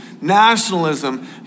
nationalism